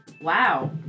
Wow